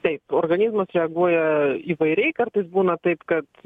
taip organizmas reaguoja įvairiai kartais būna taip kad